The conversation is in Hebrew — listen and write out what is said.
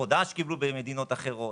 חוות דעת שקיבלו במדינות אחרות.